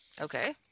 Okay